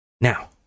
Now